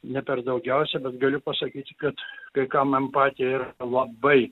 ne per daugiausia bet galiu pasakyti kad kai kam empatija yra labai